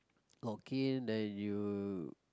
login then you